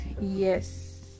Yes